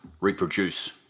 reproduce